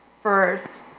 first